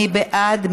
מי בעד?